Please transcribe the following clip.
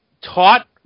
taught